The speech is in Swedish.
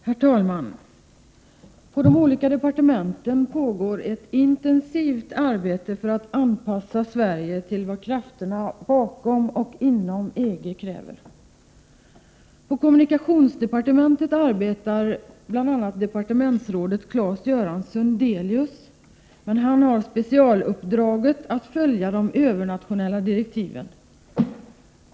Herr talman! Inom de olika departementen pågår ett intensivt arbete för att anpassa Sverige till vad krafterna bakom och inom EG kräver. På kommunikationsdepartementet arbetar bl.a. departementsrådet Claes Göran Sundelius, och han har specialuppdraget att följa de övernationella direktiven.